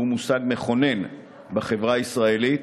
שהוא מושג מכונן בחברה הישראלית,